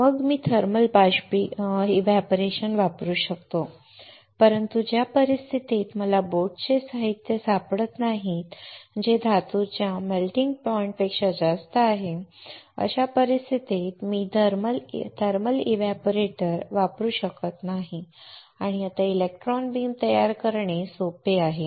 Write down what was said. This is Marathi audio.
मग मी थर्मल एव्हपोरेशन वापरू शकतो परंतु ज्या परिस्थितीत मला बोटचे साहित्य सापडत नाही जे धातूच्या मेल्टिंग पॉइंट पेक्षा जास्त आहे अशा परिस्थितीत मी थर्मल एव्हपोरेशन वापरू शकत नाही आणि आता इलेक्ट्रॉन बीम तयार करणे सोपे आहे